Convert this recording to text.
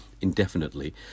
indefinitely